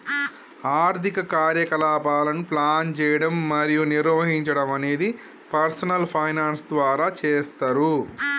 ఆర్థిక కార్యకలాపాలను ప్లాన్ చేయడం మరియు నిర్వహించడం అనేది పర్సనల్ ఫైనాన్స్ ద్వారా చేస్తరు